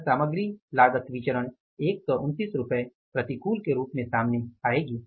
यह सामग्री लागत विचरण 129 रुपए प्रतिकूल के रूप में सामने आएगी